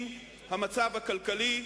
עם המצב הכלכלי,